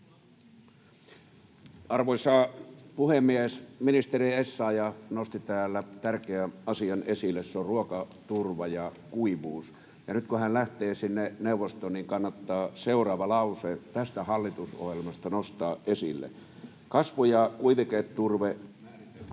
Arvoisa puhemies! Ministeri Essayah nosti täällä tärkeän asian esille: se on ruokaturva ja kuivuus. Ja nyt kun hän lähtee sinne neuvostoon, niin kannattaa seuraava lause tästä hallitusohjelmasta nostaa esille: ”Kasvu- ja kuiviketurve määritellään